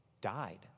died